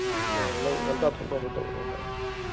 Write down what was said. ꯑꯣ ꯅꯪ ꯉꯟꯇꯥ ꯊꯣꯛꯅꯕ ꯇꯧꯔꯛꯑꯣ ꯍꯣꯏ ꯍꯣꯏ